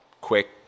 quick